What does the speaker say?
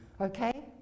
okay